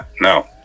No